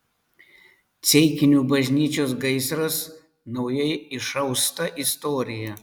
ceikinių bažnyčios gaisras naujai išausta istorija